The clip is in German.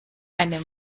eine